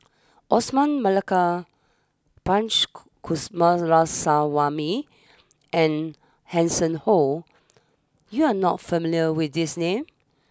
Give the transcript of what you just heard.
Osman Merican Punch Coomaraswamy and Hanson Ho you are not familiar with these names